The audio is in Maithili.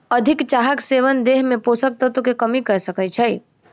अधिक चाहक सेवन देह में पोषक तत्व के कमी कय सकै छै